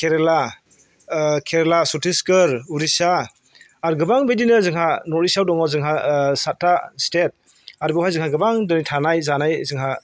केरेला केरेला छत्तीसगढ़ ओडिशा आरो गोबां बिदिनो जोंहा नर्थ इस्टआव दङ जोंहा सातथा स्टेट आरोबावहाय जोंहा गोबां दिनै थानाय जानाय जोंहा